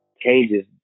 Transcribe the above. changes